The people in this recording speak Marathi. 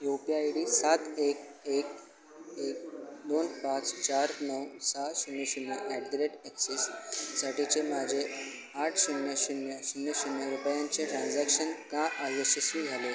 you P I I D सात एक एक एक दोन पाच चार नऊ सहा शून्य शून्य ॲट द रेट ॲक्सिस साठीचे माझे आठ शून्य शून्य शून्य शून्य रुपयांचे ट्रान्झॅक्शन का अयशस्वी झाले